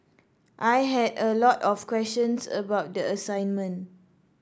I had a lot of questions about the assignment